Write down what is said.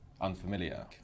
unfamiliar